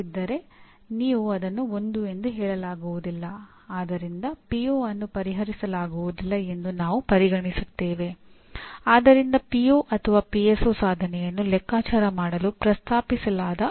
ಪರಿಣಾಮದ ಸಾಧನೆಯ ಮಟ್ಟವನ್ನು ನಿರಂತರವಾಗಿ ಸುಧಾರಿಸಲು ಸಂಸ್ಥೆಯು ಪರಿಣಾಮಗಳ ಸಾಧನೆಯನ್ನು ಲೆಕ್ಕ ಹಾಕುತ್ತದೆ